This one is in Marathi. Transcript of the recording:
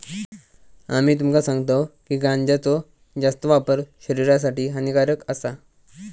आम्ही तुमका सांगतव की गांजाचो जास्त वापर शरीरासाठी हानिकारक आसा